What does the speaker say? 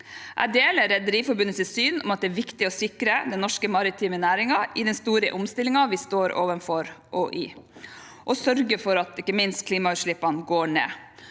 Jeg deler Rederiforbundets syn om at det er viktig å sikre den norske maritime næringen i den store omstillingen vi står overfor og i, og ikke minst sørge for at klimautslippene går ned.